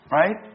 right